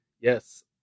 yes